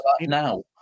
Now